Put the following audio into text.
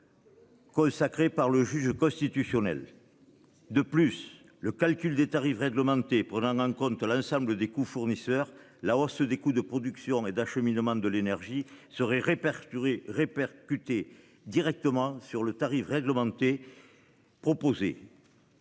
Consacré par le juge constitutionnel. De plus, le calcul des tarifs réglementés pour un en compte l'ensemble des coûts fournisseur. La hausse des coûts de production et d'acheminement de l'énergie serait. Répercuter directement sur le tarif réglementé. Proposé.--